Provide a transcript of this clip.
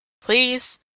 Please